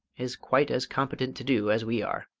is quite as competent to do as we are.